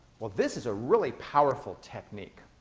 well, this is a really powerful technique,